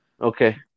Okay